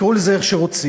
תקראו לזה איך שרוצים.